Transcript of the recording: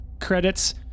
credits